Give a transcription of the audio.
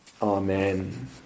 Amen